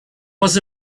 was